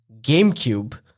GameCube